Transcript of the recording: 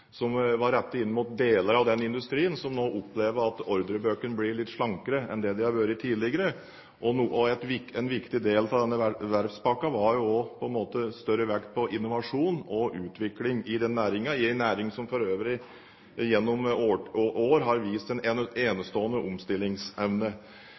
som var rettet inn mot deler av den industrien som nå opplever at ordrebøkene blir litt slankere enn de har vært tidligere. En viktig del av denne verftspakken var større vekt på innovasjon og utvikling i den næringen – en næring som for øvrig gjennom år har vist en